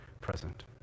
present